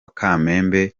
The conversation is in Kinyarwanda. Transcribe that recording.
kamembe